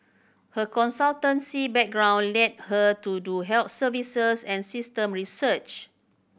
her consultancy background led her to do health services and system research